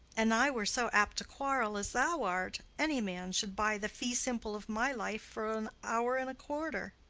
an i were so apt to quarrel as thou art, any man should buy the fee simple of my life for an hour and a quarter.